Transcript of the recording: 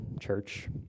church